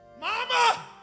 Mama